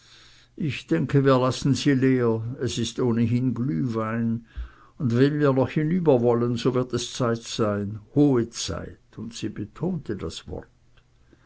ich denke wir lassen sie leer es ist ohnehin glühwein und wenn wir noch hinüber wollen so wird es zeit sein hohe zeit und sie betonte das wort